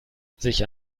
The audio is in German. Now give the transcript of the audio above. sich